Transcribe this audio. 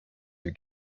your